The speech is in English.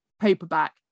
paperback